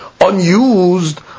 unused